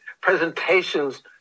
presentations